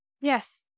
Yes